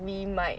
we might